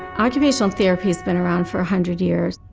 occupational therapy has been around for a hundred years.